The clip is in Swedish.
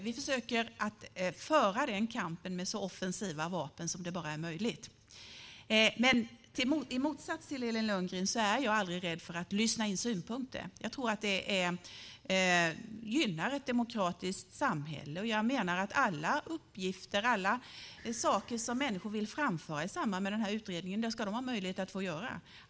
Vi försöker föra den kampen med så offensiva vapen som det bara är möjligt. Men i motsats till Elin Lundgren är jag aldrig rädd för att lyssna in synpunkter. Jag tror att det gynnar ett demokratiskt samhälle. Alla uppgifter och alla saker som människor vill framföra i samband med denna utredning ska de ha möjlighet att framföra.